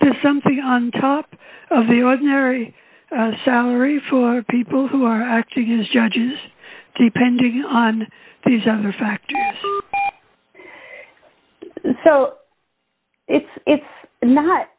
to something on top of the ordinary salary for people who are actually use judge depending on these other factors so it's it's not